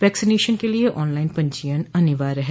vaccination के लिए online पंजीयन अनिवार्य है